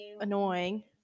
annoying